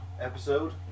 episode